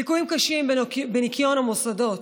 ליקויים קשים בניקיון המוסדות,